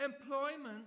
employment